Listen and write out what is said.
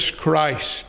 Christ